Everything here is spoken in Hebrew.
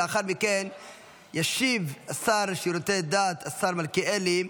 לאחר מכן ישיב השר לשירותי דת, השר מלכיאלי,